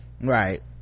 right